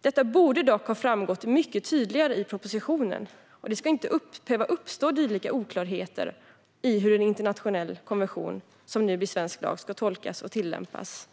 Detta borde dock ha framgått mycket tydligare i propositionen, och det ska inte behöva uppstå dylika oklarheter i hur en internationell konvention som nu blir svensk lag ska tolkas och tillämpas